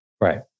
Right